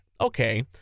okay